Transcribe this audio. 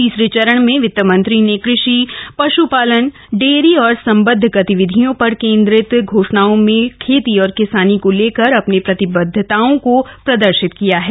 तीसरे चरण में वित्त मंत्री ने कृषि पश्पालन डेयरी और संबद्ध गतिविधियों पर केंद्रित घोषणाओं में खेती और किसानी को लेकर अपनी प्रतिबद्धताओं को प्रदर्शित किया है